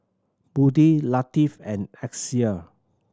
Budi Latif and Amsyar